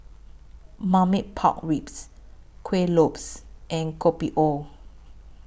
Marmite Pork Ribs Kueh Lopes and Kopi O